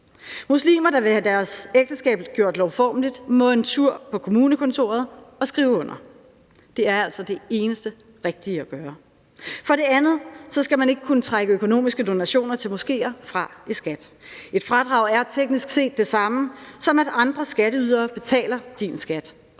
Muslimer, der vil have deres ægteskab gjort lovformeligt, må en tur på kommunekontoret og skrive under. Det er altså det eneste rigtige at gøre. For det andet skal man ikke kunne trække økonomiske donationer til moskeer fra i skat. Et fradrag er teknisk set det samme, som at andre skatteydere betaler din skat.